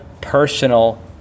personal